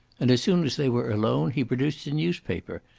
and as soon as they were alone he produced a newspaper,